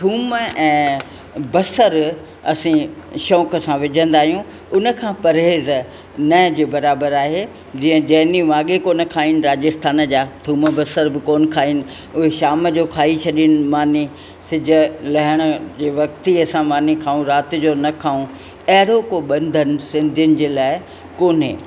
थूम ऐं बसरि असीं शौक़ीनि सां विझंदा आहियूं उन खां परहेज़ न जे बराबरि आहे जीअं जैनी वागे कोन खाइनि राजस्थान जा थूम बसर बि कोन खाइनि उहे शाम जो खाई छॾिन मानी सिज लहण जे वक्तु ई असां मानी खाऊं रात जो न खाऊं अहिड़ो को बंधन सिंधियुनि जे लाइ कोन्हे